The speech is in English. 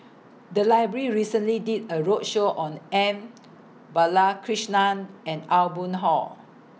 The Library recently did A roadshow on M Balakrishnan and Aw Boon Haw